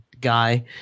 guy